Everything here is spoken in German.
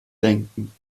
denken